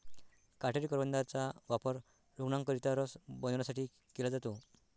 काटेरी करवंदाचा वापर रूग्णांकरिता रस बनवण्यासाठी केला जातो